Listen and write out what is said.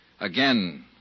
again